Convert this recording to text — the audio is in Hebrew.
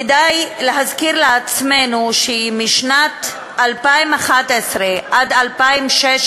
כדאי להזכיר לעצמנו שמשנת 2011 עד 2016,